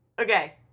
Okay